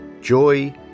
Joy